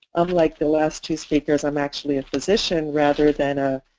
unlike the last two speakers i'm actually a physician rather than ah